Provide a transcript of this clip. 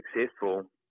successful